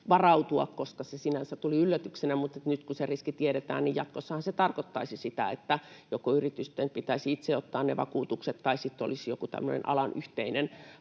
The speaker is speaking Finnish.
varautua, koska se sinänsä tuli yllätyksenä, mutta nyt kun se riski tiedetään, niin jatkossahan se tarkoittaisi sitä, että joko yritysten pitäisi itse ottaa ne vakuutukset tai sitten olisi joku tämmöinen alan yhteinen